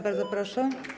Bardzo proszę.